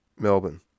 Melbourne